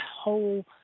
whole